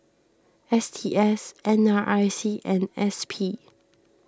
S T S N R I C and S P